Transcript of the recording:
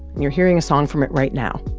and you're hearing a song from it right now.